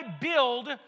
build